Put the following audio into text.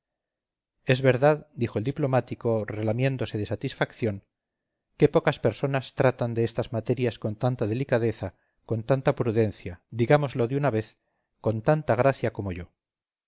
es verdad dijo el diplomático relamiéndose de satisfacción qué pocas personas tratan de estas materias con tanta delicadeza con tanta prudencia digámoslo de una vez con tanta gracia como yo